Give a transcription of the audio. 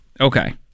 Okay